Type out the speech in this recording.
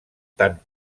tant